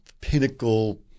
pinnacle